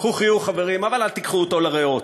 קחו חיוך, חברים, אבל אל תיקחו אותו לריאות.